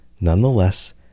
nonetheless